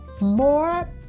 more